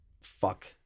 fuck